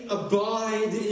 abide